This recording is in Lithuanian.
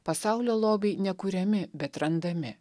pasaulio lobiai nekuriami bet randami